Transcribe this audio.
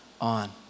on